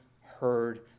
heard